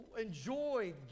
enjoy